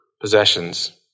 possessions